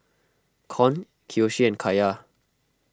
Con Kiyoshi and Kaiya